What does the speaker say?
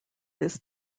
this